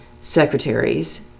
secretaries